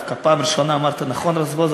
דווקא בפעם הראשונה אמרת נכון "רזבוזוב",